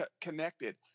connected